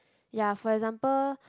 ya for example